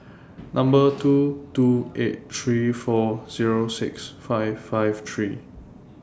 Number two two eight three four Zero six five five three